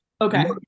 Okay